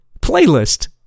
playlist